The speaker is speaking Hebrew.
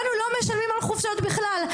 לנו לא משלמים על חופשות בכלל.